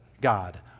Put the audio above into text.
God